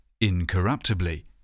incorruptibly